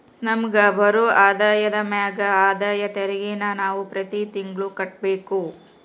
ನಮಿಗ್ ಬರೋ ಆದಾಯದ ಮ್ಯಾಗ ಆದಾಯ ತೆರಿಗೆನ ನಾವು ಪ್ರತಿ ತಿಂಗ್ಳು ಕಟ್ಬಕು